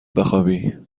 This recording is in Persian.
بخوابی